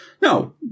No